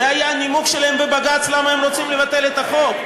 זה היה הנימוק שלהם בבג"ץ למה הם רוצים לבטל את החוק.